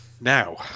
now